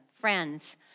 friends